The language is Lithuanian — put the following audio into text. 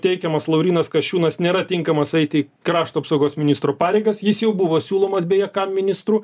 teikiamas laurynas kasčiūnas nėra tinkamas eiti į krašto apsaugos ministro pareigas jis jau buvo siūlomas beje kam ministru